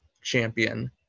Champion